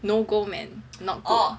no go man not good